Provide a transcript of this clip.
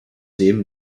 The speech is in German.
dem